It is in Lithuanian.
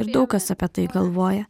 ir daug kas apie tai galvoja